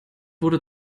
wurde